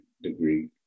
Degree